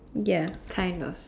ya kind of